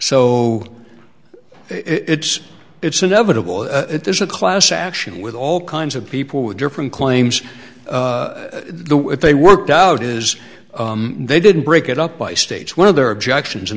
so it's it's inevitable that there's a class action with all kinds of people with different claims the what they worked out is they didn't break it up by states one of their objections